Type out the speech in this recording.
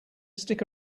stick